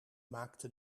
maakte